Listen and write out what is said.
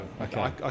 Okay